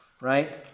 right